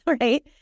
right